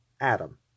Adam